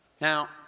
Now